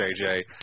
JJ